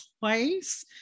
twice